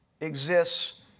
exists